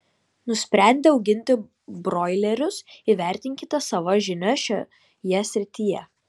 nusprendę auginti broilerius įvertinkite savo žinias šioje srityje